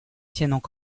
tiennent